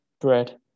Bread